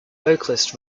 vocalist